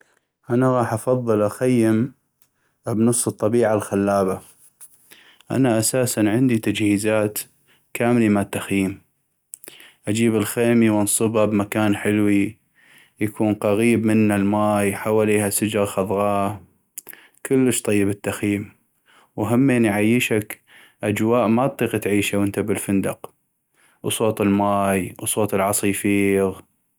انا غاح أفضل اخيم بنص الطبيعة الخلابة، انا أساساً عندي تجهيزات كاملي مال تخييم ، اجيب الخيمي وانصبا بمكان حلوي يكون قغيب منه الماي حوليها سجغ خضغا ، كلش طيب التخييم وهمين يعيشك أجواء ما اطيق اتعيشا وانت بالفندق وصوت الماي وصوت العصيفيغ.